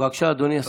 תודה.